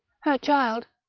her child,